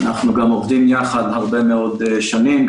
אנחנו גם עובדים ביחד הרבה מאוד שנים,